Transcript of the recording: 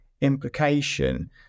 implication